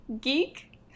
Geek